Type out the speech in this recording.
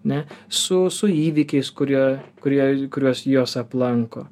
ne su su įvykiais kurie kurie kurios jos aplanko